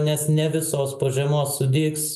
nes ne visos po žiemos sudygs